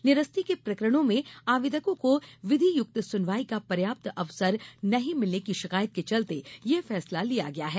निरस्ती के प्रकरणों में आवेदकों को विधियुक्त सुनवाई का पर्याप्त अवसर नहीं मिलने की षिकायत के चलते यह फैसला लिया गया है